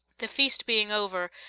the feast being over,